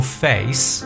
face